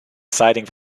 siding